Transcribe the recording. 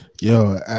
yo